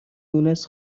مونس